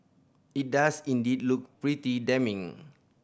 it does indeed look pretty damning